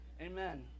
Amen